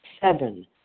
Seven